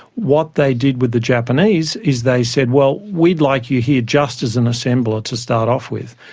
what they did with the japanese is they said, well, we'd like you here just as an assembler to start off with.